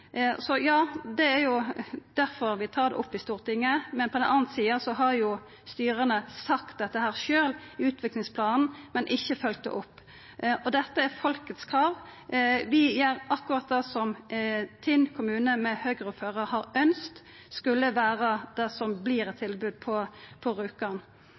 Ja, det er derfor vi tar det opp i Stortinget. Men på den andre sida har jo styra sjølve sagt dette i utviklingsplanen, men ikkje følgt det opp. Dette er folkets krav. Vi gjer akkurat det som Tinn kommune, med Høgre-ordførar, har ønskt skulle vera det som vert eit tilbod på